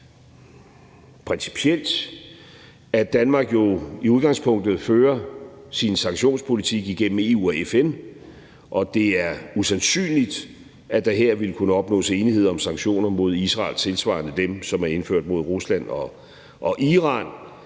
principielt – at Danmark jo i udgangspunktet fører sin sanktionspolitik igennem EU og FN, og det er usandsynligt, at der her ville kunne opnås enighed om sanktioner mod Israel tilsvarende dem, som er indført mod Rusland og Iran,